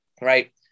Right